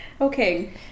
Okay